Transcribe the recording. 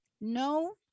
No